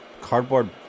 Cardboard